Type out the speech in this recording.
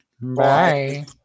bye